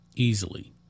Easily